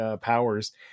powers